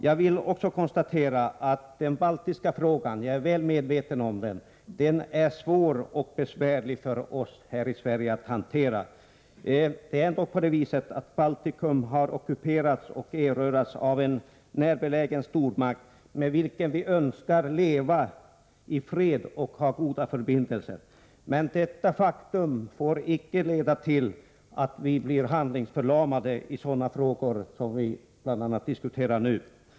Jag vill också konstatera att den baltiska frågan — jag är väl medveten om det — är svår och besvärlig att hantera för oss här i Sverige. Baltikum har erövrats och ockuperats av en närbelägen stormakt, som vi önskar leva i fred med och ha goda förbindelser med. Men detta faktum får inte leda till att vi blir handlingsförlamade i frågor av det slag som vi diskuterar nu.